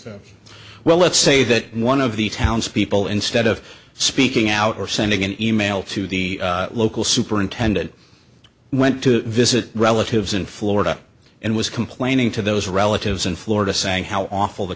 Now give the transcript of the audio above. families well let's say that one of the townspeople instead of speaking out or sending an email to the local superintendent went to visit relatives in florida and was complaining to those relatives in florida saying how awful the